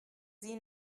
sie